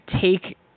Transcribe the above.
take